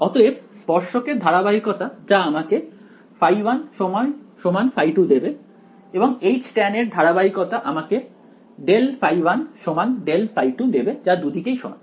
অতএব স্পর্শকের ধারাবাহিকতা যা আমাকে ϕ1 ϕ2 দেবে এবং Htan এর ধারাবাহিকতা আমাকে ∇ϕ1 ∇ϕ2 দেবে যা দুদিকেই সমান